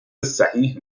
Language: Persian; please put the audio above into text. صحیح